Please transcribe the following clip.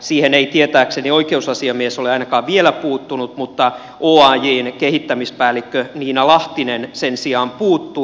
siihen ei tietääkseni oikeusasiamies ole ainakaan vielä puuttunut mutta oajn kehittämispäällikkö nina lahtinen sen sijaan puuttui